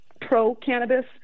pro-cannabis